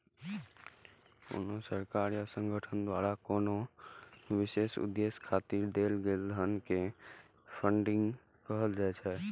कोनो सरकार या संगठन द्वारा कोनो विशेष उद्देश्य खातिर देल गेल धन कें फंडिंग कहल जाइ छै